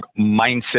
mindset